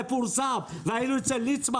זה פורסם והיינו אצל ליצמן,